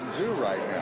zoo right